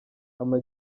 ama